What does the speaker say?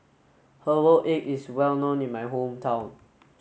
herbal egg is well known in my hometown